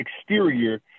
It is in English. exterior